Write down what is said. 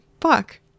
fuck